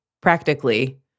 practically